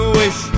wish